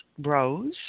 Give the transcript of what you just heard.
Rose